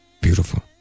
Beautiful